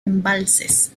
embalses